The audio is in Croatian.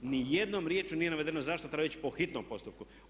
Ni jednom riječju nije navedeno zašto treba ići po hitnom postupku.